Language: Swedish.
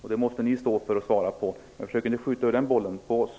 Det måste ni stå till svars för. Ni försöker skjuta över den bollen på oss.